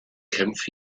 kämpft